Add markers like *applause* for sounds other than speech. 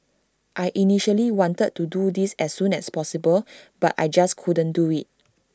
I initially wanted to do this as soon as possible *noise* but I just couldn't do IT